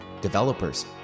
developers